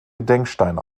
gedenkstein